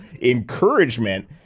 encouragement